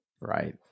Right